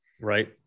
right